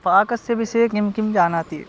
पाकस्य विषये किं किं जानाति